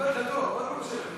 תשב בשקט.